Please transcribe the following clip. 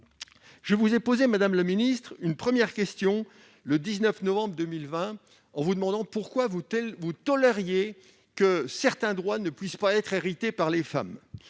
Je vous avais interrogée une première fois le 19 novembre en vous demandant pourquoi vous tolériez que certains droits ne puissent pas être hérités par les femmes.